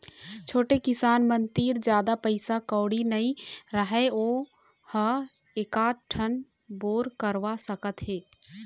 छोटे किसान मन तीर जादा पइसा कउड़ी नइ रहय वो ह एकात ठन बोर करवा सकत हे